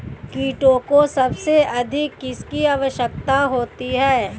कीटों को सबसे अधिक किसकी आवश्यकता होती है?